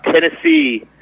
Tennessee